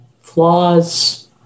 flaws